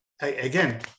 again